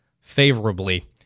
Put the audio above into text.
favorably